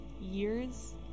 years